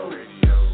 Radio